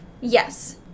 Yes